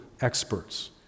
experts